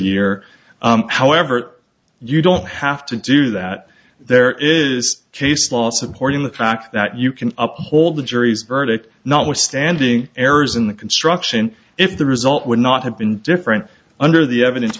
year however you don't have to do that there is case law supporting the fact that you can up hold the jury's verdict notwithstanding errors in the construction if the result would not have been different under the evidence